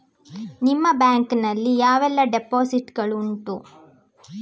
ನಿಮ್ಮ ಬ್ಯಾಂಕ್ ನಲ್ಲಿ ಯಾವೆಲ್ಲ ಡೆಪೋಸಿಟ್ ಗಳು ಉಂಟು?